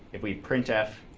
if we printf,